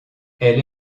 elle